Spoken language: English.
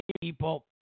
people